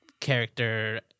character